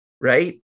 right